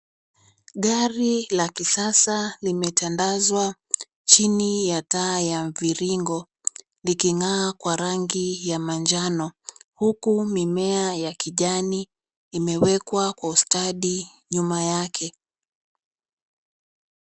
Gari la kisasa limetandazwa chini ya taa ya mviringo, liking'aa kwa rangi ya manjano huku mimea ya kijani imewekwa kwa ustadi nyuma yake.